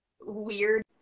weird